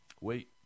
wait